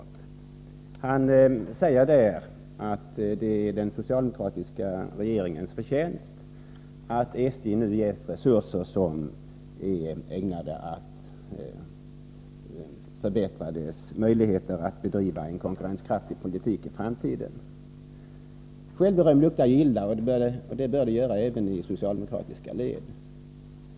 Kurt Hugosson sade att det är den socialdemokratiska regeringens förtjänst att SJ nu ges resurser som är ägnade att förbättra dess möjligheter att bedriva en konkurrenskraftig trafikpolitik i framtiden. Självberöm luktar illa, och det bör det göra även i socialdemokratiska led.